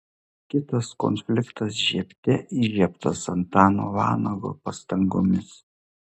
kitas konfliktas žiebte įžiebtas antano vanago pastangomis